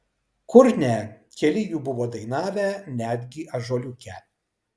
kur ne keli jų buvo dainavę netgi ąžuoliuke